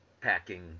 packing